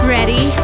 Ready